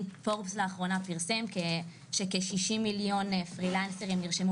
מגזין פורבס פרסם לאחרונה שכ-60 מיליון פרילנסרים נרשמו